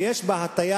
ויש בה הטיה,